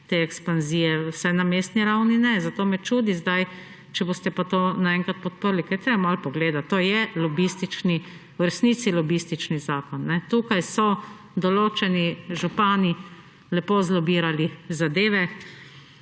te ekspanzije, vsaj na mestni ravni ne, zato me čudi zdaj, če boste pa to naenkrat podprli, ker je treba malo pogledati. To je lobistični, v resnici lobistični zakon. Tukaj so določeni župani lepo zlobirali zadeve.